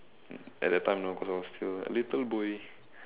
at that time no cause I was still a little boy